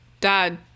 Dad